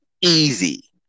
Easy